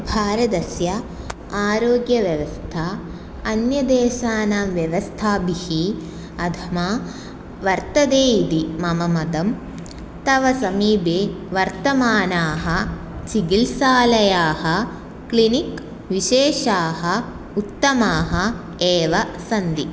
भारतस्य आरोग्यव्यवस्था अन्यदेशानां व्यवस्थाभिः अधमा वर्तते इति मम मतं तव समीपे वर्तमानाः चिकित्सालयाः क्लिनिक् विशेषाः उत्तमाः एव सन्ति